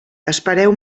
espereu